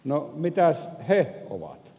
no mitäs he ovat